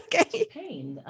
Okay